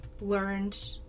learned